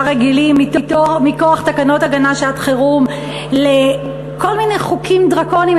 רגילים מכוח תקנות הגנה (שעת-חירום) לכל מיני חוקים דרקוניים.